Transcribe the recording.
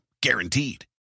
Guaranteed